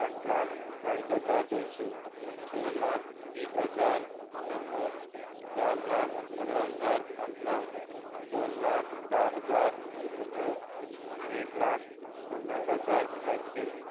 आठ लाख चाळीस हजार दोनशीं स लाख तीस हजार शंबर चार लाख पंदरा हजार पन्नास दोन लाख धा हजार शंबर एक लाख पन्नास हजार सातशीं